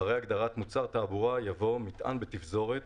אחרי הגדרת "מוצר תעבורה" יבוא: ""מטען בתפזורת"